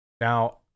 Now